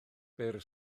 byr